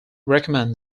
recommend